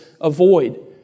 avoid